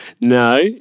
no